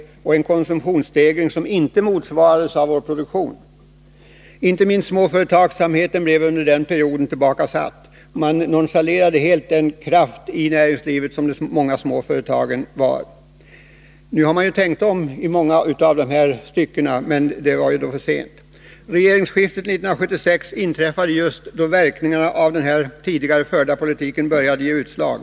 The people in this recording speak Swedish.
Den innebar också en konsumtionsstegring som inte motsvarades av vår produktion. Inte minst småföretagsamheten blev under denna period tillbakasatt. Man nonchalerade helt och tog inte till vara den kraft i näringslivet som de många små företagen var. Nu har man tänkt om i många stycken, men det skedde för sent. Regeringsskiftet 1976 inträffade just då verkningarna av den tidigare förda politiken började ge utslag.